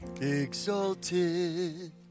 Exalted